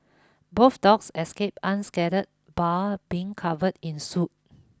both dogs escaped unscathed bar being covered in soot